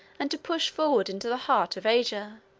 and to push forward into the heart of asia.